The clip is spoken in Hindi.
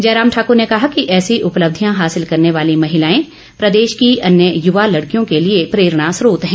जयराम ठाकुर ने कहा कि ऐसी उपलब्धियां हासिल करने वाली महिलाएं प्रदेश की अन्य युवा लड़कियों के लिए प्रेरणा स्रोत हैं